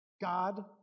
God